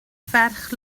ferch